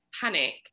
panic